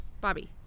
Bobby